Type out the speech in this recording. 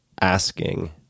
asking